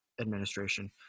administration